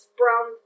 brown